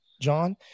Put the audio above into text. John